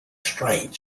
strait